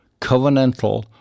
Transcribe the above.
covenantal